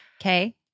Okay